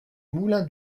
moulin